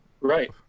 Right